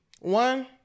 One